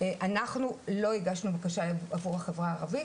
אנחנו לא הגשנו בקשה עבור החברה הערבית,